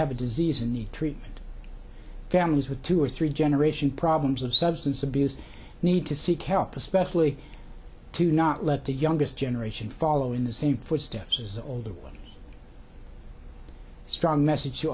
have a disease and need treatment families with two or three generation problems of substance abuse need to seek help especially to not let the youngest generation follow in the same footsteps as the older one strong message